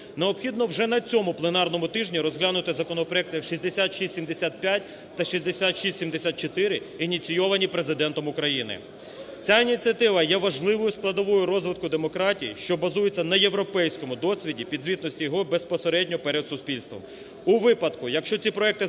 Необхідно вже на цьому пленарному тижні розглянути законопроекти, як 6675 та 6674, ініційовані Президентом України. Ця ініціатива є важливою складовою розвитку демократії, що базується на європейському досвіді підзвітності його безпосередньо перед суспільством. У випадку, якщо ці проекти законів